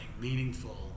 meaningful